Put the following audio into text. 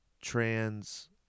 trans